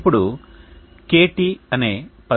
ఇప్పుడు KT అనే పదాన్ని నిర్వచిద్దాం